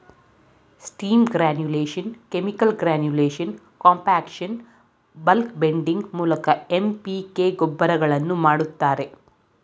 steam granulation, chemical granulation, compaction, bulk blending ಮೂಲಕ M P K ಗೊಬ್ಬರಗಳನ್ನು ಮಾಡ್ತರೆ